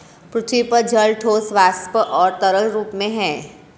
पृथ्वी पर जल ठोस, वाष्प और तरल रूप में है